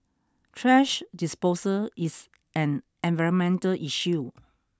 trash disposal is an environmental issue